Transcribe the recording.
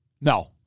No